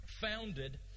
founded